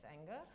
anger